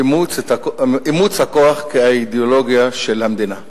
אימוץ הכוח כאידיאולוגיה של המדינה.